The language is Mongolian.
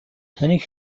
таныг